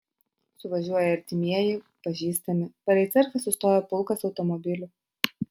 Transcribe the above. suvažiuoja artimieji pažįstami palei cerkvę sustoja pulkas automobilių